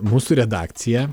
mūsų redakcija